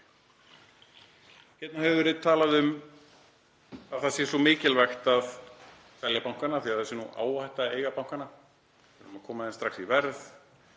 Hérna hefur verið talað um að það sé svo mikilvægt að selja bankana af því að það sé áhætta að eiga banka, við eigum að koma þeim strax í verð,